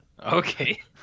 Okay